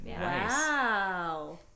wow